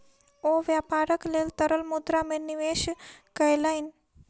ओ व्यापारक लेल तरल मुद्रा में निवेश कयलैन